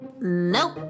Nope